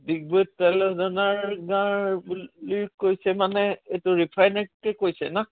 ডিগবৈত তেল শোধনাগাৰ বুলি কৈছে মানে এইটো ৰিফাইনেৰীটোকে কৈছে না